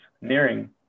nearing